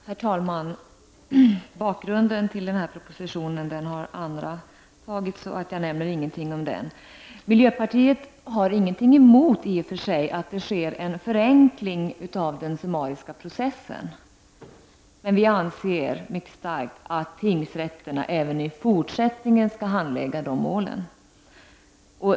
Herr talman! Bakgrunden till denna proposition har andra redan nämnt och jag skall inte ta upp den. Miljöpartiet har i och för sig ingenting emot att det sker en förenkling av den summariska processen. Men vi anser mycket starkt att tingsrätterna även i fortsättningen bör handlägga dessa mål.